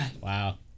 Wow